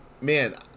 man